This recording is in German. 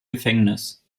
gefängnis